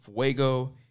Fuego